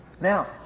Now